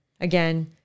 again